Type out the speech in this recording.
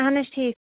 اَہَن حظ ٹھیٖک